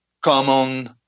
common